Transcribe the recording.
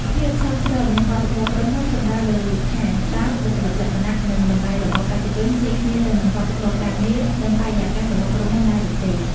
ភាពសមស្របនឹងវប្បធម៌ក្រុមហ៊ុន សំដៅលើថាតើបុគ្គលិកលក្ខណៈ និងតម្លៃរបស់បេក្ខជនស៊ីគ្នាទៅនឹងវប្បធម៌ការងារ និងបរិយាកាសរបស់ក្រុមហ៊ុនដែរឬទេ?